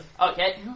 Okay